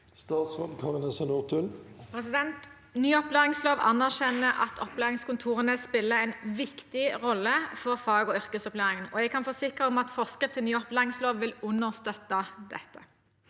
Statsråd Kari Nessa Nordtun Ny opplæ- ringslov anerkjenner at opplæringskontorene spiller en viktig rolle for fag- og yrkesopplæringen, og jeg kan forsikre om at forskrift til ny opplæringslov vil understøtte dette.